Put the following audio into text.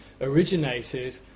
originated